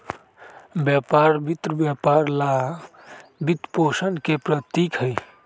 व्यापार वित्त व्यापार ला वित्तपोषण के प्रतीक हई,